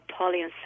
polyunsaturated